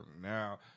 Now